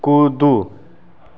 कुदू